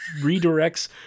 redirects